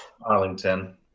Arlington